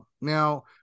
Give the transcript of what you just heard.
Now